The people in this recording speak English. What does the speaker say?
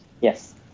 Yes